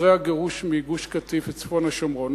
אחרי הגירוש מגוש-קטיף וצפון השומרון,